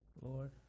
Lord